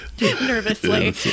nervously